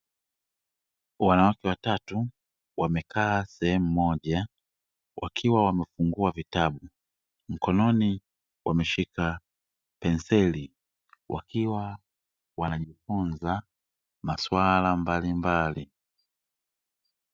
Wanawake watatu wamekaa sehemu moja wakiwa wamefungua vitabu, mkononi wameshika penseli wakiwa wanajifunza masuala mbalimbali.